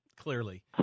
Clearly